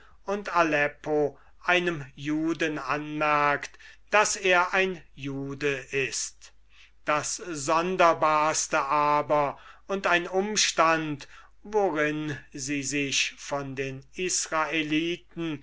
und aleppo einem juden anmerkt daß er ein jude ist das sonderbarste aber und ein umstand worin sie sich von den